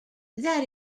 that